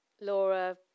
Laura